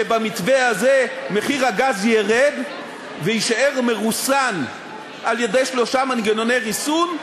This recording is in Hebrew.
שבמתווה הזה מחיר הגז ירד ויישאר מרוסן על-ידי שלושה מנגנוני ריסון,